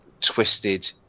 twisted